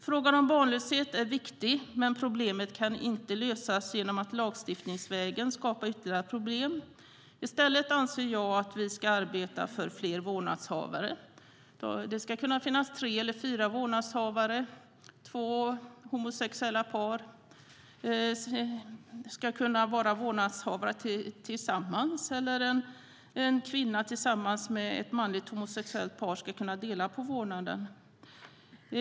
Frågan om barnlöshet är viktig, men problemet kan inte lösas genom att man lagstiftningsvägen skapar ytterligare problem. I stället anser jag att vi ska arbeta för fler vårdnadshavare. Det ska kunna finnas tre eller fyra vårdnadshavare. Två homosexuella par ska till exempel kunna vara vårdnadshavare tillsammans, eller en kvinna tillsammans med ett manligt homosexuellt par ska kunna dela vårdnaden.